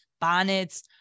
bonnets